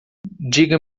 diga